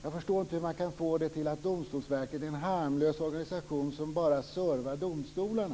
Jag förstår inte hur man kan få det till att Domstolsverket är en harmlös organisation som bara servar domstolarna.